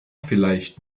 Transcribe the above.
vielleicht